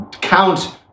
count